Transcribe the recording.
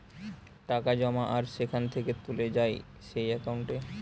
টাকা জমা আর সেখান থেকে তুলে যায় যেই একাউন্টে